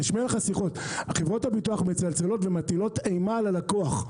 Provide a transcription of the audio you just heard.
חברות הביטוח מצלצלות ומטילות אימה על הלקוח.